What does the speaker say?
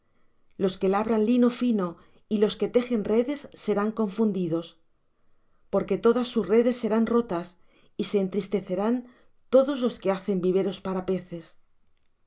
los que labran lino fino y los que tejen redes serán confundidos porque todas sus redes serán rotas y se entristecerán todos los que hacen viveros para peces